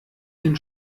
den